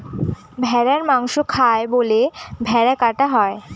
ভেড়ার মাংস খায় বলে ভেড়া কাটা হয়